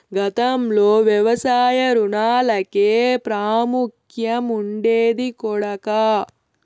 గతంలో వ్యవసాయ రుణాలకే ప్రాముఖ్యం ఉండేది కొడకా